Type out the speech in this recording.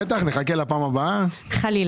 למעשה, כחלק